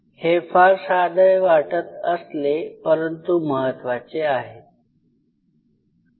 हे फार साधे वाटत असेल परंतु महत्त्वाचे आहे